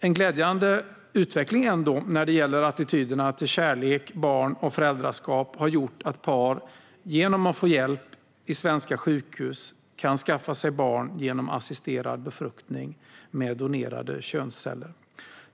En glädjande utveckling när det gäller attityderna till kärlek, barn och föräldraskap har ändå gjort att par genom att få hjälp på svenska sjukhus kan skaffa barn genom assisterad befruktning med donerade könsceller.